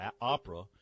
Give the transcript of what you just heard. opera